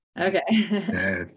Okay